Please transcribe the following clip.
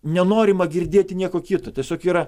nenorima girdėti nieko kito tiesiog yra